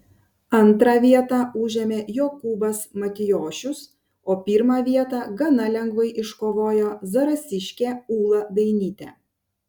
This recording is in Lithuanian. antrą vietą užėmė jokūbas matijošius o pirmą vietą gana lengvai iškovojo zarasiškė ūla dainytė